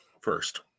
First